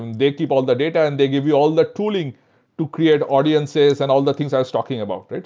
um they keep all the data and they give you all the tooling to create audiences and all the things i was talking about.